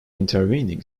intervening